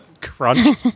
Crunch